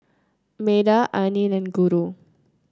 Medha Anil and Guru